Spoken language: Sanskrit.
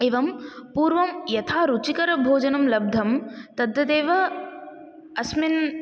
एवं पूर्वं यथा रूचिकरभोजनं लब्धं तद्वदेव अस्मिन्